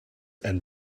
and